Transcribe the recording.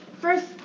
first